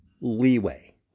leeway